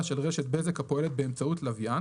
של רשת בזק הפועלת באמצעות לווין,